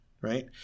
right